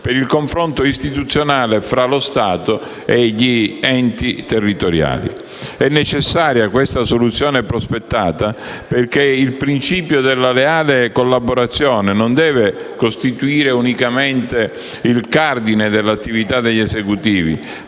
per il confronto istituzionale tra lo Stato e gli enti territoriali. È necessaria questa soluzione prospettata, perché il principio della leale collaborazione non deve costituire unicamente il cardine dell'attività degli esecutivi,